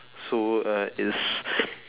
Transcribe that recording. so it's